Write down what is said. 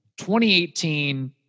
2018